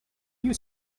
you